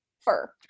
fur